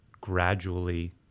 gradually